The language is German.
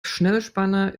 schnellspanner